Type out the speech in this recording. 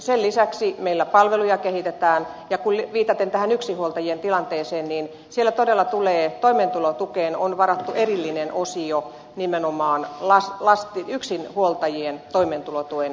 sen lisäksi meillä palveluja kehitetään ja viitaten tähän yksinhuoltajien tilanteeseen siellä todella toimeentulotukeen on varattu erillinen osio nimenomaan yksinhuoltajien toimeentulotuen perusosaan